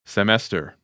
Semester